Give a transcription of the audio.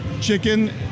chicken